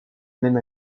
même